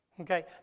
Okay